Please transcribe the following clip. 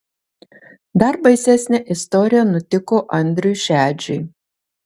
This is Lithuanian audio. dar baisesnė istorija nutiko andriui šedžiui